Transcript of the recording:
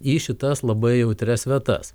į šitas labai jautrias vietas